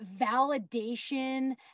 validation